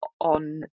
on